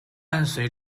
伴随